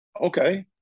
okay